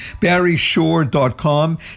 barryshore.com